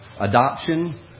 adoption